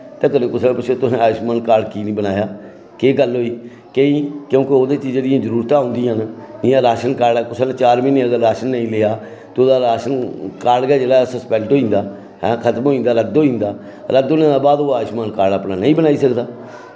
मिगी अज्ज धोड़ी ते कुसै निं पुच्छेआ कि तुसें आयुषमान कार्ड की निं बनाया की केह् गल्ल होई क्योंकि ओह्दे च जेह्ड़ियां जरूरतां होंदियां न ते मेरा राशन कार्ड में पिछले चार म्हीनै होए में राशन नेईं लेआ ते जेह्ड़ा राशन कार्ड गै जेह्ड़ा सस्पेंड होई जंदा ऐं खत्म होई जंदा रद्द होई जंदा ते रद्द होने दे बाद ओह् अपना राशन कार्ड नेईं बनाई सकदा